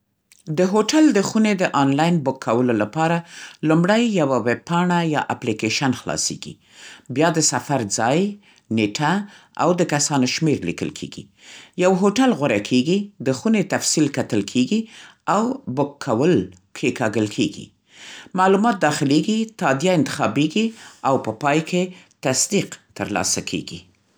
د هوټل د خونې د آنلاین بک‌کولو لپاره، لومړی یوه ویب‌پاڼه یا اپلیکیشن خلاصېږي. بیا د سفر ځای، نېټه، او د کسانو شمېر لیکل کېږي. یو هوټل غوره کېږي، د خونې تفصیل کتل کېږي او بک‌کول کېکاږل کېږي. معلومات داخلېږي، تادیه انتخابېږي او په پای کې تصدیق ترلاسه کېږي.